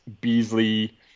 Beasley